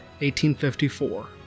1854